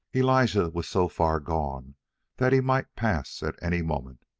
elijah was so far gone that he might pass at any moment.